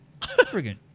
friggin